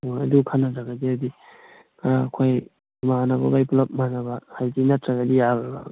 ꯍꯣꯏ ꯑꯗꯨ ꯈꯟꯅꯗ꯭ꯔꯒꯗꯤ ꯍꯥꯏꯗꯤ ꯈꯔ ꯑꯩꯈꯣꯏ ꯏꯃꯥꯟꯅꯕꯉꯩ ꯄꯨꯂꯞ ꯃꯥꯟꯅꯕ ꯍꯥꯏꯗꯤ ꯅꯠꯇ꯭ꯔꯒꯗꯤ ꯌꯥꯔꯔꯣꯏ